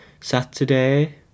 Saturday